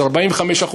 45%,